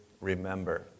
remember